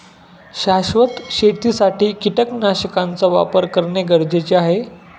शाश्वत शेतीसाठी कीटकनाशकांचा वापर करणे गरजेचे आहे